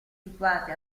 situate